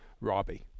Robbie